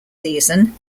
season